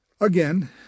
Again